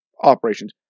operations